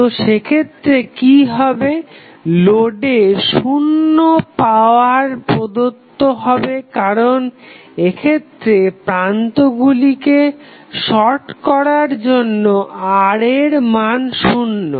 তো সেক্ষেত্রে কি হবে লোডে শুন্য পাওয়ার প্রদত্ত হবে কারণ এক্ষেত্রে প্রান্তগুলিকে শর্ট করার জন্য R এর মান শুন্য